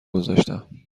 گذاشتم